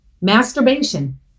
masturbation